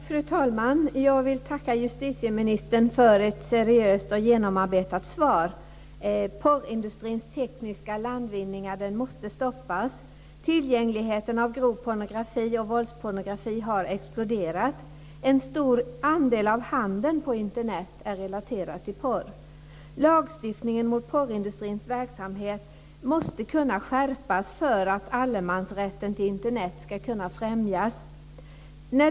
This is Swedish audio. Fru talman! Jag vill tacka justitieministern för ett seriöst och genomarbetat svar. Porrindustrins tekniska landvinningar måste stoppas. Tillgängligheten av grov pornografi och våldspornografi har exploderat. En stor andel av handeln på Internet är relaterad till porr. Lagstiftningen mot porrindustrins verksamhet måste skärpas för att allemansrätten till Internet ska kunna främjas.